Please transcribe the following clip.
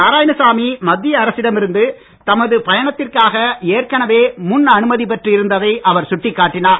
நாராயணசாமி மத்திய அரசிடம் இருந்து தமது பயணத்திற்காக ஏற்கவே முன் அனுமதி பெற்று இருந்ததை அவர் சுட்டிக் காட்டினார்